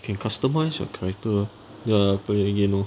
can customise your character ya lah play again lor